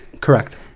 Correct